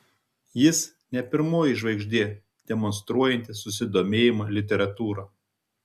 jis ne pirmoji žvaigždė demonstruojanti susidomėjimą literatūra